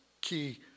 key